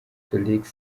felix